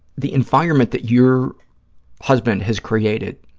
the environment that your husband has created,